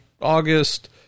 August